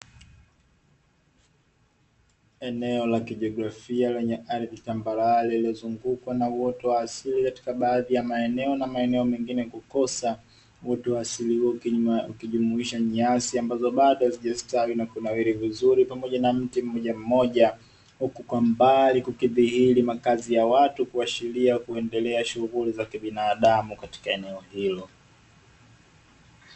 Eneo la kijiografia lenye ardhi tambarare, lililozungukwa na uoto wa asili katika baadhi ya maeneo na maeneo mengine kukosa. Uoto wa asili huo ukijumuisha nyasi ambazo bado hazijastawi na kunawiri vizuri pamoja na mti mmoja mmoja, huku kwa mbali kukidhihiri makazi ya watu kuashiria kuendelea shughuli za kibinadamu katika eneo hilo.